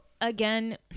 again